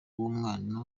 w’umwana